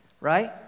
right